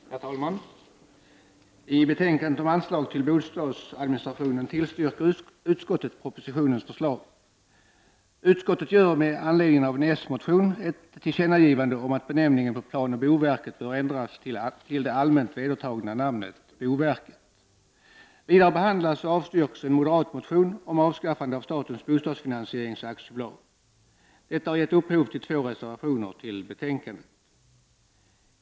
Herr talman! I betänkandet om anslag till bostadsadministrationen tillstyrker utskottet propositionens förslag. Utskottet gör med anledning av en s-motion ett tillkännagivande om att benämningen på planoch bostadsverket bör ändras till det allmänt vedertagna namnet boverket. Vidare behandlas och avstyrks en moderatmotion om avskaffande av Statens Bostadsfinansieringsaktiebolag. Detta har gett upphov till två reservationer till betänkandet.